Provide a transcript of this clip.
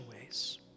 ways